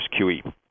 QE